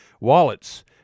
Wallets